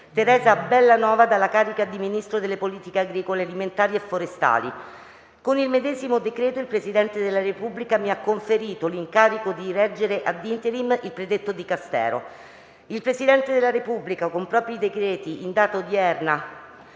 Teresa BELLANOVA dalla carica di Ministro delle politiche agricole alimentari e forestali. Con il medesimo decreto, il Presidente della Repubblica mi ha conferito l'incarico di reggere *ad interim* il predetto Dicastero. Il Presidente della Repubblica, con propri decreti in data odierna,